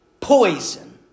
poison